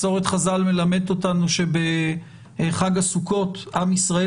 מסורת חז"ל מלמדת אותנו שבחג הסוכות עם ישראל